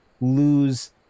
lose